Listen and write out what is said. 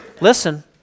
Listen